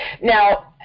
Now